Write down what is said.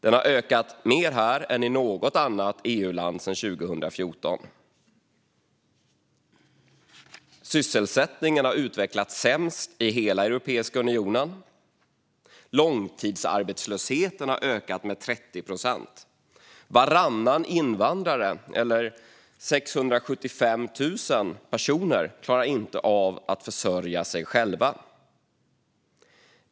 Den har ökat mer här än i något annat EU-land sedan 2014. Sysselsättningen har utvecklats sämst i hela Europeiska unionen. Långtidsarbetslösheten har ökat med 30 procent. Varannan invandrare, eller 675 000 personer, klarar inte av att försörja sig själv.